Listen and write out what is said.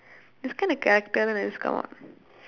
this kind of character always come up